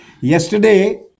Yesterday